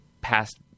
passed